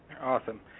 Awesome